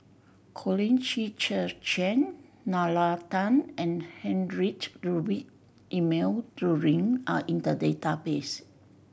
Colin Qi Zhe Quan Nalla Tan and Heinrich Ludwig Emil Luering are in the database